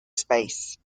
space